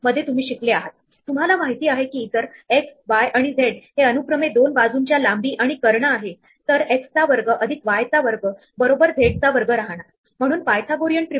तेव्हा तुम्ही लिस्ट साठी उपलब्ध असलेले बिल्ट इन अपेंड फंक्शन वापरु शकतात जेव्हा तुम्हाला पुश करायचे आहे तेव्हा तुम्ही s